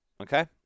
Okay